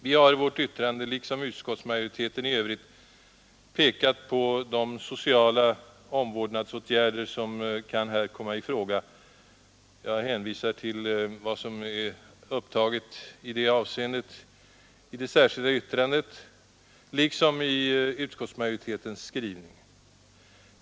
Vi har i vårt yttrande — liksom utskottsmajoriteten i övrigt — pekat på de sociala omvårdnadsåtgärder som här kan komma i fråga. Jag hänvisar till vad som är upptaget i det avseendet i det särskilda yttrandet liksom i utskottsmajoritetens skrivning.